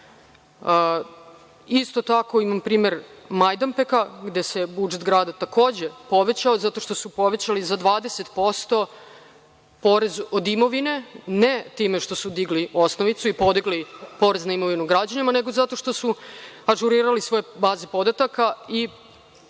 isto tako imam primer Majdanpeka gde se budžet grada takođe povećao zato što su povećali za 20% porez od imovine, ne time što su digli osnovicu i podigli porez na imovinu građanima, nego zato što su ažurirali svoju bazi podataka i povećali